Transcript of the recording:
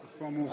תודה.